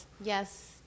yes